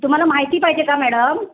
तुम्हाला माहिती पाहिजे का मॅडम